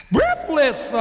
Breathless